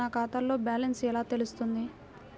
నా ఖాతాలో బ్యాలెన్స్ ఎలా తెలుస్తుంది?